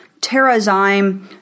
TerraZyme